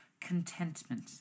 Contentment